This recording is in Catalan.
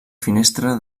finestra